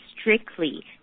strictly